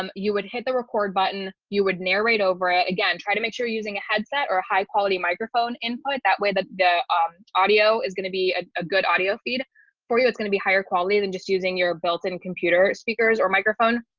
um you would hit the record button, you would narrate over it again try to make sure you're using a headset or a high quality microphone input that way that the um audio is going to be ah a good audio feed for you it's going to be higher quality than just using your belt in computer speakers or microphone.